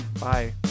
Bye